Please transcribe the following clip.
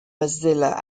mozilla